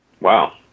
Wow